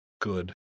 good